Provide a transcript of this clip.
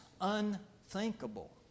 unthinkable